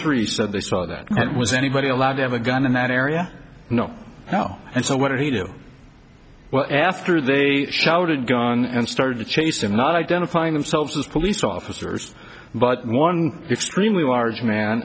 three said they saw that was anybody allowed to have a gun in that area you know now and so what did he do well after they shouted gun and started to chase and not identifying themselves as police officers but one extremely large man